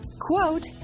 Quote